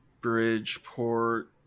bridgeport